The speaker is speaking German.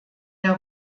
der